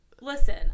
Listen